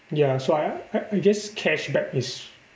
ya so I I I guess cashback is